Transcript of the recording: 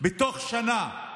תוך שנה